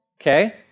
Okay